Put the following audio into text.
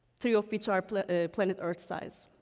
three of which are planet ah planet earth size.